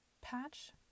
patch